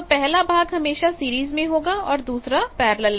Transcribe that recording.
तो पहला भाग हमेशा सीरीज में होगा और दूसरा पैरेलल में